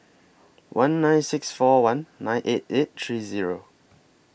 one nine six four one nine eight eight three Zero